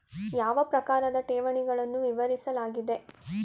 ಯಾವ ಪ್ರಕಾರದ ಠೇವಣಿಗಳನ್ನು ವಿವರಿಸಲಾಗಿದೆ?